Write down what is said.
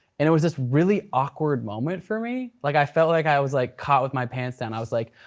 and it was this really awkward moment for me. like i felt like i was like caught with my pants down. i was like,